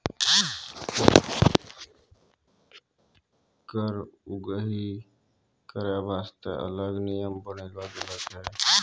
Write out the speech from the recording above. कर उगाही करै बासतें अलग नियम बनालो गेलौ छै